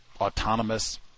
autonomous